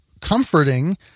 comforting